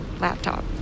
laptop